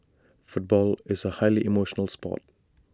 football is A highly emotional Sport